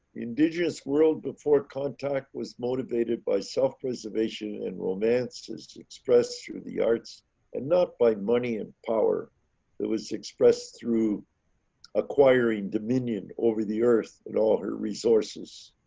indigenous world before contact was motivated by self preservation and romance is expressed through the arts and not by money and power that was expressed through acquiring dominion over the earth, and all her resources.